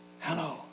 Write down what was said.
Hello